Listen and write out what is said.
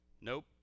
Nope